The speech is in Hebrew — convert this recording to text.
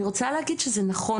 אני רוצה להגיד שזה נכון.